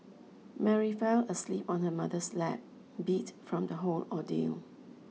Mary fell asleep on her mother's lap beat from the whole ordeal